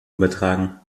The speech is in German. übertragen